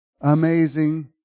Amazing